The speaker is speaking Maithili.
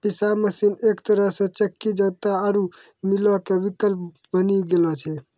पिशाय मशीन एक तरहो से चक्की जांता आरु मीलो के विकल्प बनी गेलो छै